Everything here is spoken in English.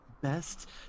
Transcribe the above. Best